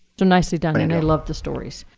so nicely done. and i love the stories.